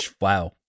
Wow